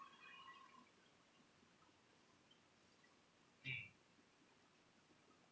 mm